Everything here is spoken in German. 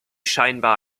scheinbar